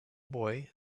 boy